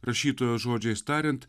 rašytojos žodžiais tariant